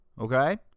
Okay